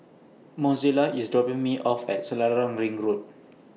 Mozella IS dropping Me off At Selarang Ring Road